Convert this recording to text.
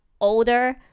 older